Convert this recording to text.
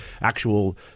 actual